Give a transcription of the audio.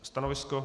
Stanovisko?